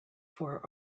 fore